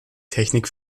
technik